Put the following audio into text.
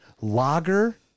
Lager